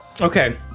Okay